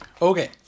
Okay